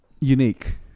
unique